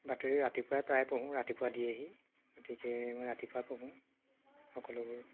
বাতৰি ৰাতিপুৱাই প্ৰায় পঢ়োঁ ৰাতিপুৱা দিয়েহি গতিকে মই ৰাতিপুৱাই পঢ়োঁ সকলোবোৰ